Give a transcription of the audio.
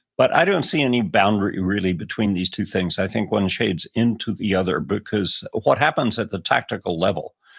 but i don't see any boundary really between these two things. i think one shades into the other because what happens at the tactical level,